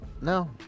no